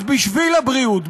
אז בשביל הבריאות,